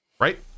right